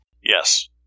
yes